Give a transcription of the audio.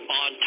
on